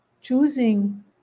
choosing